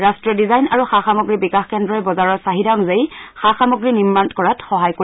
ৰাষ্টীয় ডিজাইন আৰু সা সামগ্ৰী বিকাশ কেন্দ্ৰই বজাৰৰ চাহিদা অনুযায়ী সা সামগ্ৰী নিৰ্মাণ কৰাত সহায় কৰিব